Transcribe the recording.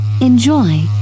enjoy